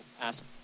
ask